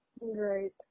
Right